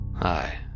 Hi